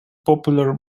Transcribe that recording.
popular